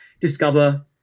discover